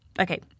Okay